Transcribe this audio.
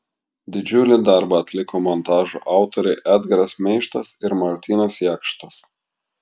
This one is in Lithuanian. didžiulį darbą atliko montažo autoriai edgaras meištas ir martynas jakštas